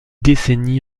décennies